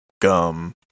gum